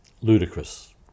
ludicrous